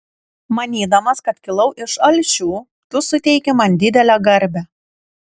manydamas kad kilau iš alšių tu suteiki man didelę garbę